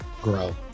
grow